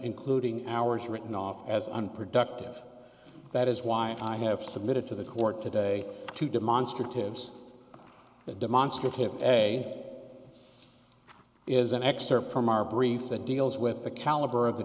including ours written off as unproductive that is why if i have submitted to the court today to demonstratives that demonstrative ebay is an excerpt from our brief that deals with the caliber of the